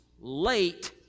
Late